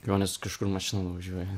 kelionės kažkur mašina nuvažiuoja